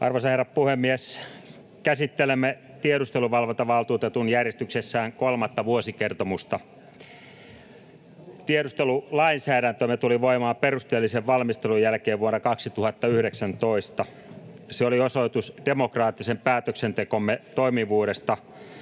Arvoisa herra puhemies! Käsittelemme tiedusteluvalvontavaltuutetun järjestyksessään kolmatta vuosikertomusta. Tiedustelulainsäädäntömme tuli voimaan perusteellisen valmistelun jälkeen vuonna 2019. Se oli osoitus demokraattisen päätöksentekomme toimivuudesta